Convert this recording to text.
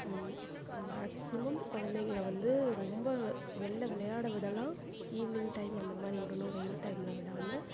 maximum குழந்தைங்கள வந்து ரொம்ப வெளில விளையாட விடலாம் ஈவினிங் டைம் அந்த மாதிரி விடணும் வெயில் டைமில் விடாமல்